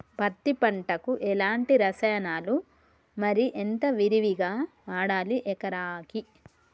పత్తి పంటకు ఎలాంటి రసాయనాలు మరి ఎంత విరివిగా వాడాలి ఎకరాకి?